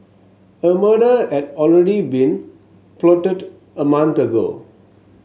a murder had already been plotted a month ago